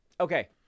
Okay